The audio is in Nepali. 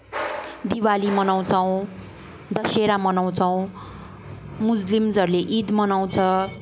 दिवाली मनाउँछौँ दशहरा मनाउँछौँ मुस्लिमहरूले इद मनाउँछ